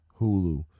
hulu